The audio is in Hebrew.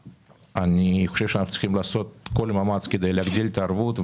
אני חושב שאנו צריכים לעשות כל מאמץ כדי להגדיל את הערבות.